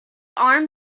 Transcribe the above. arm